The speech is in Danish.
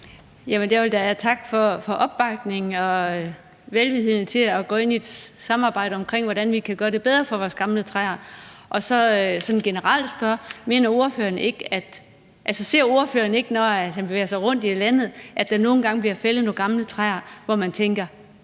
jeg vil da takke for opbakningen og velvilligheden til at gå ind i et samarbejde om, hvordan vi kan gøre det bedre for vores gamle træer. Og så vil jeg sådan generelt spørge: Ser ordføreren ikke, når han bevæger sig rundt i landet, at der nogle gange bliver fældet nogle gamle træer, hvor man tænker,